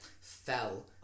fell